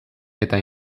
eta